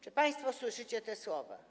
Czy państwo słyszycie te słowa?